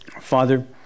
Father